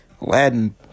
Aladdin